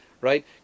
right